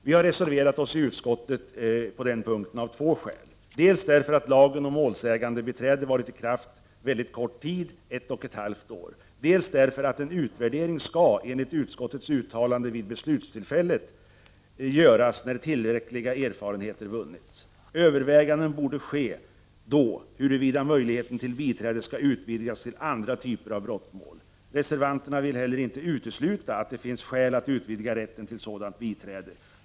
Vi har reserverat oss på den punkten av två skäl, dels därför att lagen om målsägandebiträde har varit i kraft kort tid — ett och ett halvt år — dels därför att enligt utskottets uttalande vid beslutstillfället en utvärdering skall ske när tillräckliga erfarenheter har vunnits. Överväganden borde göras då om huruvida möjligheten till biträde skall utvidgas till andra typer av brottmål. Reservanterna vill heller inte utesluta att det finns skäl att utvidga rätten till sådant biträde.